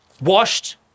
washed